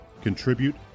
Contribute